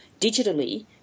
digitally